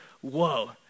whoa